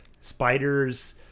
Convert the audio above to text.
spiders